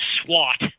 SWAT